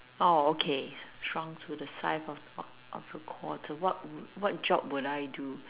oh okay shrunk to the size of a of a quarter what would what job would I do